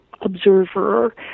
observer